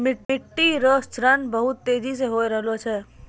मिट्टी रो क्षरण बहुत तेजी से होय रहलो छै